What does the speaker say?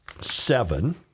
seven